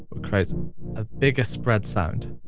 ah create a bigger spread sound.